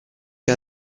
che